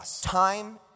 Time